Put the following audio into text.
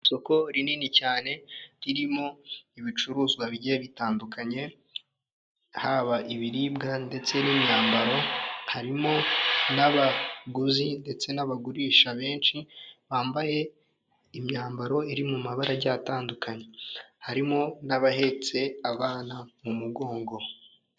Isoko rinini cyane ririmo ibicuruzwa bigiye bitandukanye, haba ibiribwa ndetse n'imyambaro, harimo n'abaguzi ndetse n'abagurisha benshi bambaye imyambaro iri mu mabara agiye atandukanye, harimo n'abahetse abana mu mugongo.